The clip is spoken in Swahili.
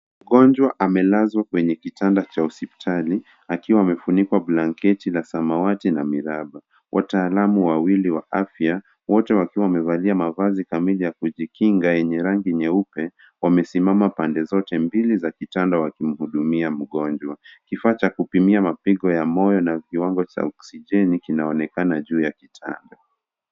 Mgonjwa amelazwa kwenye kitanda cha hospitali akiwa amefunikwa blanketi la samawati na miraba. Wataalamu wawili wa afya, wote wakiwa wamevalia mavazi kamili ya kujikinga yenye rangi nyeupe wamesimama lande zote mbili za kitanda wakimhudumia mgonjwa. Kifaa cha kupimia mapigo ya moyo na kiwango cha oksijeni kinaonekana juu ya kitanda.